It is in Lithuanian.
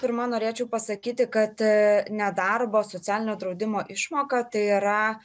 pirma norėčiau pasakyti kad nedarbo socialinio draudimo išmoka tai yra